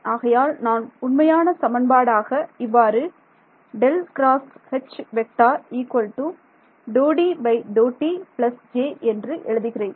ஆகையால் நான் உண்மையான சமன்பாடு ஆக இவ்வாறு என்று எழுதுகிறேன்